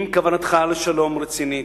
אם כוונתך לשלום רצינית,